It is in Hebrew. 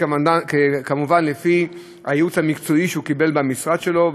כמובן לפי הייעוץ המקצועי שהוא קיבל במשרד שלו,